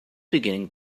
beginning